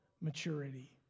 maturity